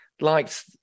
liked